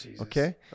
okay